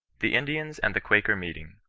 the indians and the quaker meeting.